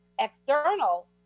external